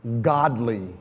Godly